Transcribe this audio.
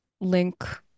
link